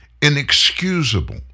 inexcusable